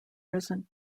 risen